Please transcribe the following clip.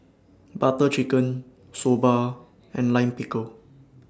Butter Chicken Soba and Lime Pickle